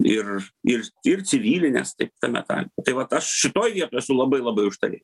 ir ir ir civilines taip tame tarpe tai vat aš šitoj vietoj esu labai labai užtarėju